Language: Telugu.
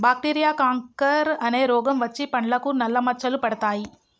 బాక్టీరియా కాంకర్ అనే రోగం వచ్చి పండ్లకు నల్ల మచ్చలు పడతాయి